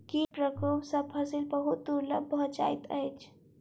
कीट प्रकोप सॅ फसिल बहुत दुर्बल भ जाइत अछि